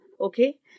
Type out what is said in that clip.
okay